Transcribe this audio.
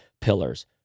pillars